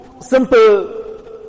simple